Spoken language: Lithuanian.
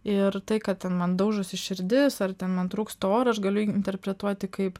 ir tai kad ten man daužosi širdis ar ten man trūksta oro aš galiu interpretuoti kaip